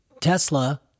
Tesla